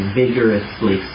vigorously